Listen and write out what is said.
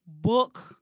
book